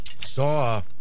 saw